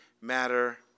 matter